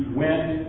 went